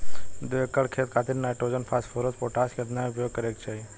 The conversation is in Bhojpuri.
दू एकड़ खेत खातिर नाइट्रोजन फास्फोरस पोटाश केतना उपयोग करे के चाहीं?